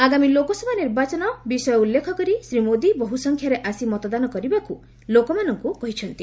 ଆଗାମୀ ଲୋକସଭା ନିର୍ବାଚନ ବିଷୟ ଉଲ୍ଲ୍ଫେଖ କରି ଶ୍ରୀ ମୋଦି ବହୁସଂଖ୍ୟାରେ ଆସି ମତଦାନ କରିବାକୁ ଲୋକମାନଙ୍କୁ କହିଛନ୍ତି